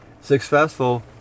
successful